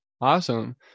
Awesome